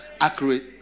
accurate